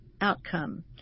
outcome